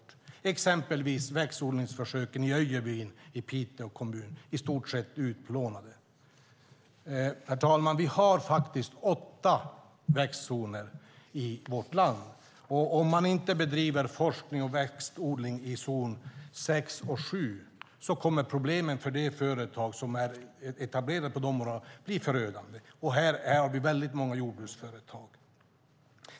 Det gäller exempelvis växtodlingsförsöken i Öjebyn i Piteå kommun - de är i stort sett utplånade. Herr talman! Vi har faktiskt åtta växtzoner i vårt land. Om man inte bedriver forskning och växtodling i zonerna sex och sju kommer problemen för de företag som är etablerade i de områdena att bli förödande. Här har vi väldigt många jordbruksföretag.